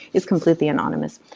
it's completely anonymous.